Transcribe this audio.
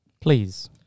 Please